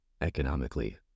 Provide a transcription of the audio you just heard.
economically